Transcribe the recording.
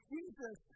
Jesus